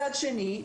מצד שני,